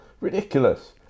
Ridiculous